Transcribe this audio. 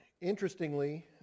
interestingly